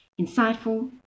insightful